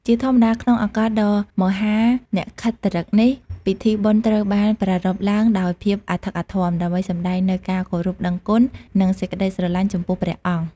ជាធម្មតា ក្នុងឱកាសដ៏មហានក្ខត្តឫក្សនេះ ពិធីបុណ្យត្រូវបានប្រារព្ធឡើងដោយភាពអធិកអធម ដើម្បីសម្ដែងនូវការគោរពដឹងគុណ និងសេចក្តីស្រឡាញ់ចំពោះព្រះអង្គ។